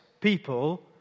people